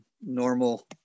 normal